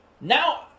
Now